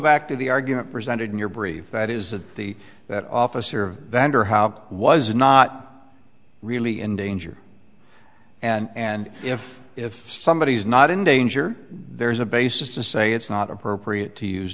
back to the argument presented in your brief that is that the that officer vander how cool was not really in danger and if if somebody is not in danger there's a basis to say it's not appropriate to use